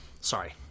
Sorry